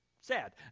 sad